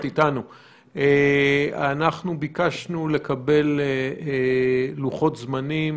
ביקשנו לקבל לוחות-זמנים